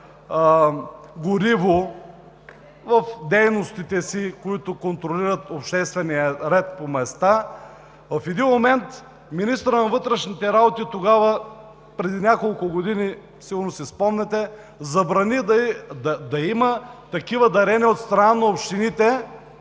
гориво в дейностите си, с които контролират обществения ред по места, в един момент министърът на вътрешните работи тогава, преди няколко години, сигурно си спомняте, забрани да има дарения към Министерството